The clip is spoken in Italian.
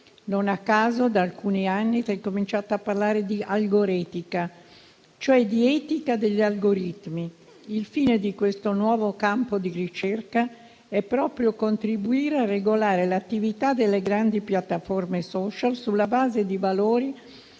Non a caso, da alcuni anni, si è cominciato a parlare di algoretica, cioè di etica degli algoritmi: il fine di questo nuovo campo di ricerca è proprio contribuire a regolare l'attività delle grandi piattaforme *social* sulla base di valori